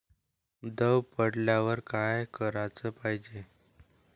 दव पडल्यावर का कराच पायजे?